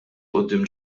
quddiem